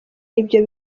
ibyo